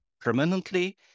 permanently